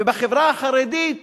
ובחברה החרדית